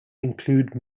include